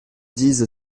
dise